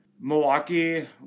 Milwaukee